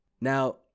Now